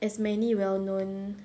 as many well known